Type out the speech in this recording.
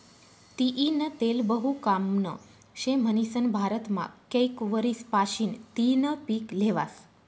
तीयीनं तेल बहु कामनं शे म्हनीसन भारतमा कैक वरीस पाशीन तियीनं पिक ल्हेवास